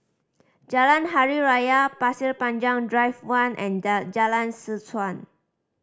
Jalan Hari Raya Pasir Panjang Drive One and Jalan Seh Chuan